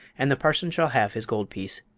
and the parson shall have his gold piece.